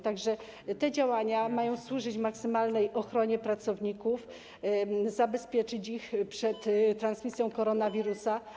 Tak że te działania mają służyć maksymalnej ochronie pracowników, zabezpieczyć ich przed transmisją koronawirusa.